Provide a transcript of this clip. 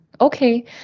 Okay